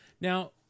Now